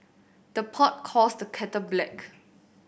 the pot calls the kettle black